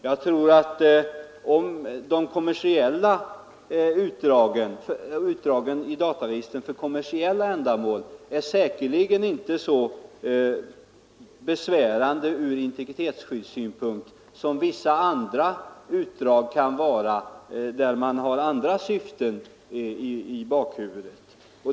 Jag tror inte att utdragen för kommersiella ändamål är så besvärande från integritetsskyddssynpunkt som vissa andra utdrag kan vara, där man har andra syften i bakhuvudet.